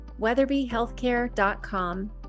weatherbyhealthcare.com